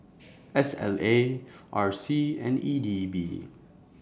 S L A R C and E D B